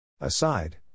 Aside